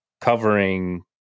covering